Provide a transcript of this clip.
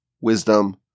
wisdom